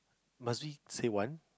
must we say one